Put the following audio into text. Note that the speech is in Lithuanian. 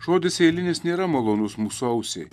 žodis eilinis nėra malonus mūsų ausiai